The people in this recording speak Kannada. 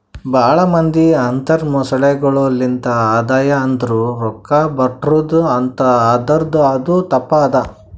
ಭಾಳ ಮಂದಿ ಅಂತರ್ ಮೊಸಳೆಗೊಳೆ ಲಿಂತ್ ಆದಾಯ ಅಂದುರ್ ರೊಕ್ಕಾ ಬರ್ಟುದ್ ಅಂತ್ ಆದುರ್ ಅದು ತಪ್ಪ ಅದಾ